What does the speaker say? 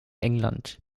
england